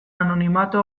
anonimatu